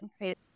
Right